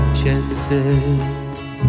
chances